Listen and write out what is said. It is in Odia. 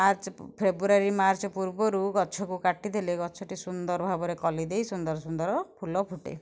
ମାର୍ଚ୍ଚ ଫେବୃୟାରୀ ମାର୍ଚ୍ଚ ପୂର୍ବରୁ ଗଛକୁ କାଟି ଦେଲେ ଗଛଟି ସୁନ୍ଦର ଭାବରେ କଲି ଦେଇ ସୁନ୍ଦର ସୁନ୍ଦର ଫୁଲ ଫୁଟେ